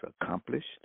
accomplished